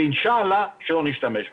ואינשאללה שלא נשתמש בהם.